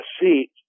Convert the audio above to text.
seat